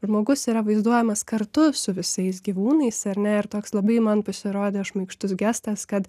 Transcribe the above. žmogus yra vaizduojamas kartu su visais gyvūnais ar ne ir toks labai man pasirodė šmaikštus gestas kad